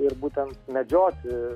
ir būtent medžioti